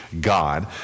God